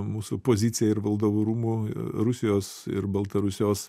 mūsų pozicija ir valdovų rūmų rusijos ir baltarusijos